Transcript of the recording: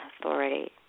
authority